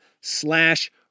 slash